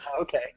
Okay